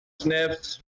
sniffs